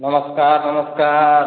नमस्कार नमस्कार